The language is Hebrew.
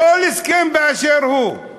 כל הסכם באשר הוא.